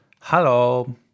hello